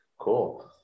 Cool